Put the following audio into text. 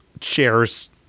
shares